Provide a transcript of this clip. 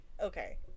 Okay